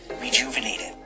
rejuvenated